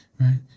right